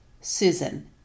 Susan